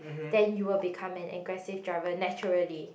then you will become an aggressive driver naturally